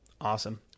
Awesome